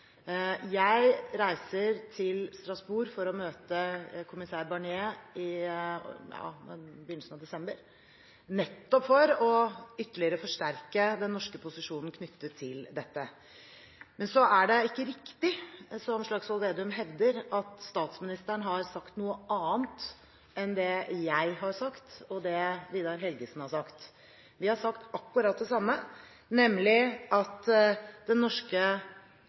Jeg reiser til Strasbourg for å møte kommissær Barnier i begynnelsen av desember nettopp for ytterligere å forsterke den norske posisjonen knyttet til dette. Så er det ikke riktig som Slagsvold Vedum hevder, at statsministeren har sagt noe annet enn det jeg har sagt og det statsråd Vidar Helgesen har sagt. Vi har sagt akkurat det samme, nemlig at den norske